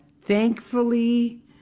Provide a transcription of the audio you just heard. Thankfully